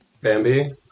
Bambi